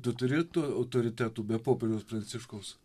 tu turi tu autoritetų be popiežiaus pranciškaus